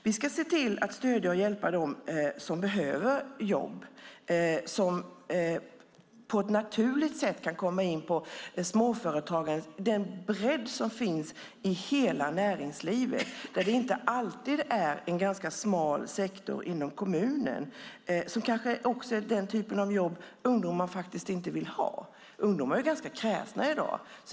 Vi ska se till att stödja och hjälpa dem som behöver jobb så att de på ett naturligt sätt kan komma in på den bredd som finns i hela näringslivet, där det inte alltid är en ganska smal sektor inom kommunen med kanske den typen av jobb ungdomar inte vill ha. Ungdomar är ganska kräsna i dag.